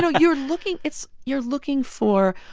so you're looking it's you're looking for